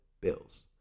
Bills